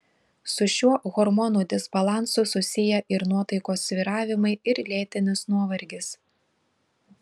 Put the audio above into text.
su šiuo hormonų disbalansu susiję ir nuotaikos svyravimai ir lėtinis nuovargis